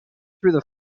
through